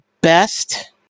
best